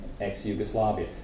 ex-Yugoslavia